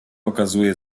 okazuje